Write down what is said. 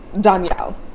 Danielle